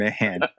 man